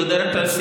מר אלקין,